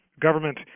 government